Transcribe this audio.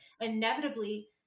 inevitably